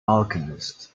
alchemist